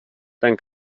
dann